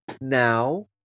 now